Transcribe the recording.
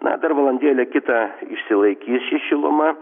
na dar valandėlę kitą išsilaikys ši šiluma